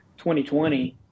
2020